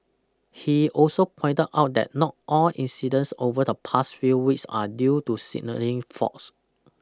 he also pointed out that not all incidents over the past few weeks are due to signalling faults